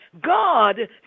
God